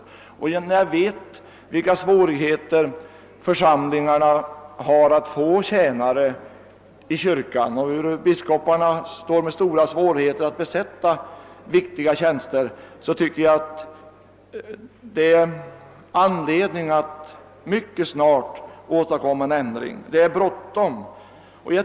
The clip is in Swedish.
Eftersom jag också vet vilka svårigheter församlingarna har att få tjänare i sina kyrkor och vilka problem biskoparna har att besätta viktiga tjänster, tycker jag att det finns anledning att mycket snart åstadkomma en ändring. Det är bråttom.